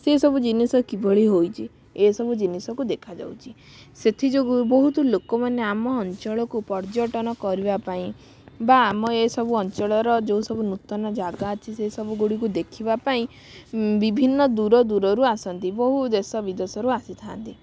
ସେ ସବୁ ଜିନିଷ କି ଭଳି ହୋଇଛି ଏ ସବୁ ଜିନିଷକୁ ଦେଖାଯାଉଛି ସେଥି ଯୋଗୁଁ ବହୁତ ଲୋକମାନେ ଆମ ଅଞ୍ଚଳକୁ ପର୍ଯ୍ୟଟନ କରିବା ପାଇଁ ବା ଆମ ଏ ସବୁ ଅଞ୍ଚଳର ଯେଉଁ ସବୁ ନୂତନ ଜାଗା ଅଛି ସେ ସବୁ ଗୁଡ଼ିକୁ ଦେଖିବା ପାଇଁ ବିଭିନ୍ନ ଦୂର ଦୂରରୁ ଆସନ୍ତି ବହୁ ଦେଶ ବିଦେଶରୁ ଆସିଥାନ୍ତି